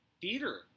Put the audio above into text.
theater